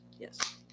Yes